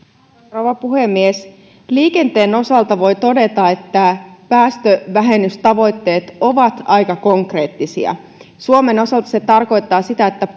rouva puhemies liikenteen osalta voi todeta että päästövähennystavoitteet ovat aika konkreettisia suomen osalta se tarkoittaa sitä että